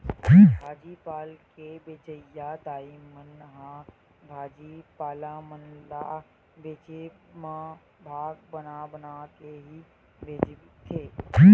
भाजी पाल के बेंचइया दाई मन ह भाजी पाला मन ल बेंचब म भाग बना बना के ही बेंचथे